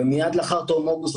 ומייד לאחר תום אוגוסט,